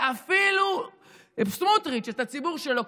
ואפילו סמוטריץ' את הציבור שלו.